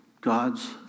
God's